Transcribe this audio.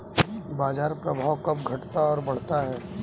बाजार प्रभाव कब घटता और बढ़ता है?